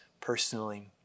personally